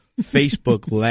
Facebook